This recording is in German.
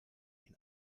ihn